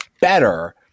better